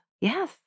Yes